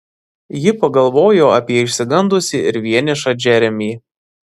ji pagalvojo apie išsigandusį ir vienišą džeremį